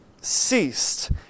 ceased